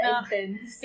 intense